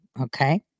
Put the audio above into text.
Okay